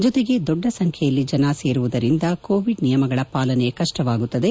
ಜೊತೆಗೆ ದೊಡ್ಡ ಸಂಖ್ನೆಯಲ್ಲಿ ಜನ ಸೇರುವುದರಿಂದ ಕೋವಿಡ್ ನಿಯಮಗಳ ಪಾಲನೆ ಕಷ್ಟಕರವಾಗುತ್ತದೆ